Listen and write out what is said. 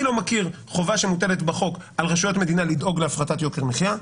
אני לא מכיר חובה שמוטלת בחוק על רשויות מדינה לדאוג להפחתת יוקר מחיה,